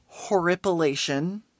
Horripilation